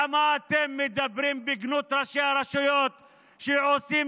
למה אתם מדברים בגנות ראשי הרשויות שעושים